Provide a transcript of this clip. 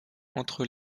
entre